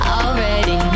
already